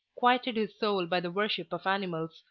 quieted his soul by the worship of animals,